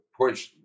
push